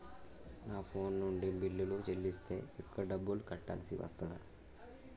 నా ఫోన్ నుండి బిల్లులు చెల్లిస్తే ఎక్కువ డబ్బులు కట్టాల్సి వస్తదా?